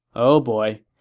oh boy,